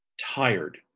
tired